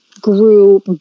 Grew